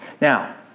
Now